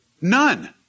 None